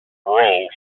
roles